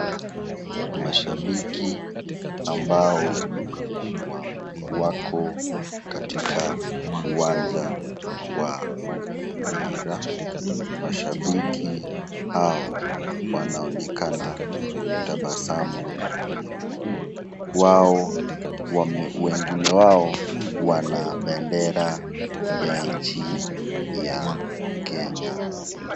Mashabiki ambao wako katika uwanja wa mpira. Mashabiki wao wanaonekana kama wakitabasamu mno. Wengine wao wanabendera ya nchi ya Kenya.